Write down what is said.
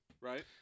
Right